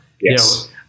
Yes